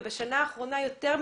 ובשנה האחרונה יותר מתמיד.